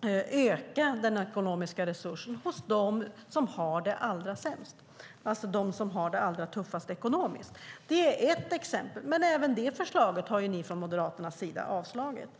ge ökade ekonomiska resurser till dem som har det allra sämst, alltså till dem som har det allra tuffast ekonomiskt. Det är ett exempel, men även det förslaget har ni från Moderaternas sida avstyrkt.